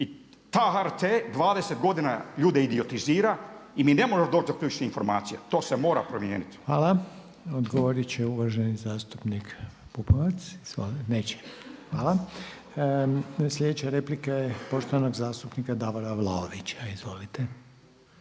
i taj HRT 20 godina ljude idiotizira i mi ne možemo doći do ključnih informacija. To se mora promijeniti. **Reiner, Željko (HDZ)** Hvala. Odgovorit će uvaženi zastupnik Pupovac. Izvolite. Nećete, hvala. Slijedeća replika je poštovanog zastupnika Davora Vlaovića. Izvolite.